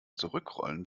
zurückrollen